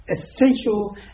essential